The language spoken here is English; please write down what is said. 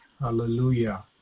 Hallelujah